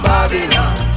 Babylon